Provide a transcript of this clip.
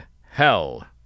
hell